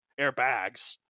airbags